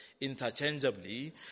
interchangeably